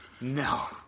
No